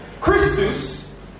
Christus